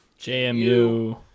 JMU